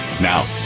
Now